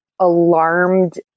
alarmed